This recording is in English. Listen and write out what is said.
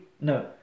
no